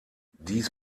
dies